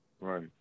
Right